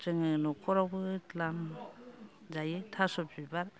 जोङो न'खरावबो द्लाम जायो थास बिबार